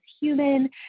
human